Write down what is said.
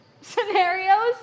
scenarios